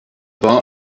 war